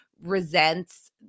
resents